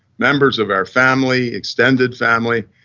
members of our family, extended family.